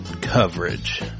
Coverage